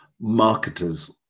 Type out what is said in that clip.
marketers